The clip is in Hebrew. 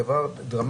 היא דבר דרמטי,